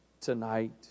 tonight